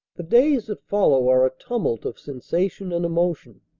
the days that follow are a tumult of sensation and emotion.